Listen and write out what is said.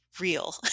real